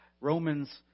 Romans